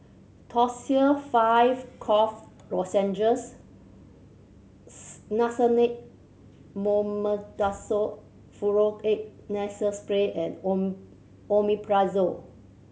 Tussils Five Cough Lozenges Nasone Mometasone Furoate Nasal Spray and O Omeprazole